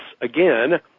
again